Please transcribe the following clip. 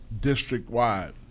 district-wide